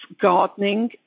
gardening